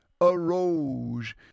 arose